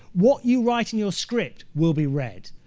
what you write in your script will be read.